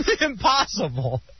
Impossible